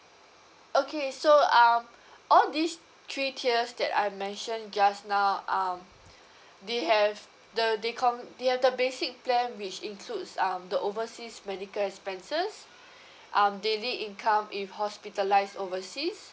okay so uh all these three tiers that I mentioned just now um they have the they com~ they have the basic plan which includes um the overseas medical expenses um daily income if hospitalized overseas